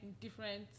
different